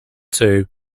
two